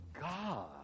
God